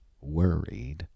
worried